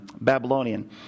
Babylonian